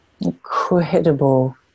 incredible